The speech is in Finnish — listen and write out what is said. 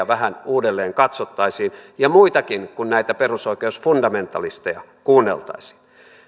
vähän uudelleen katsottaisiin ja muitakin kuin näitä perusoikeusfundamentalisteja kuunneltaisiin